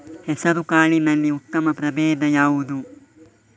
ಹೆಸರುಕಾಳಿನಲ್ಲಿ ಉತ್ತಮ ಪ್ರಭೇಧ ಯಾವುದು?